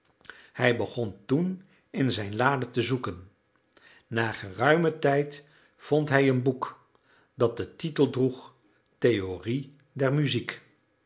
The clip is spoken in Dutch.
hij begon toen in zijn laden te zoeken na geruimen tijd vond hij een boek dat den titel droeg theorie der muziek